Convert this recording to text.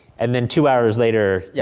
and then, two hours later. yeah